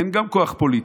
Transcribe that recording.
אין גם כוח פוליטי,